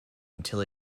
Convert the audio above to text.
until